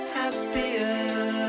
happier